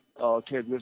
Okay